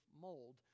mold